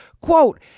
Quote